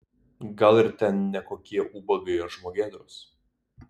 gal ir ten ne kokie ubagai ar žmogėdros